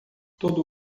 todo